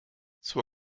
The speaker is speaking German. zur